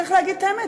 צריך להגיד את האמת,